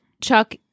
Chuck